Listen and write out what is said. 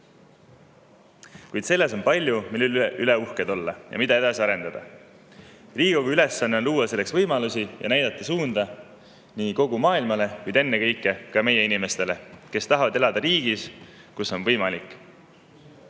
Kuid selles on palju, mille üle uhked olla ja mida edasi arendada. Riigikogu ülesanne on luua selleks võimalusi ja näidata suunda kogu maailmale, kuid ennekõike meie inimestele, kes tahavad elada riigis, kus [m-valimine]